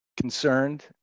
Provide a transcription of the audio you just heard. concerned